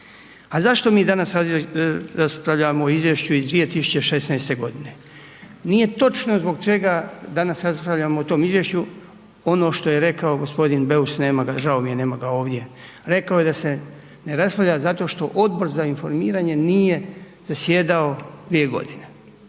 A zašto mi danas raspravljamo o izvješću iz 2016. g.? Nije točno zbog čega danas raspravljamo o tom izvješću, ono što je rekao g. Beus, žao mi je, nema ga ovdje, rekao je da se ne raspravlja zato što Odbor za informiranje nije zasjedao 2 godine.